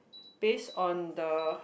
based on the